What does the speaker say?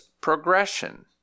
progression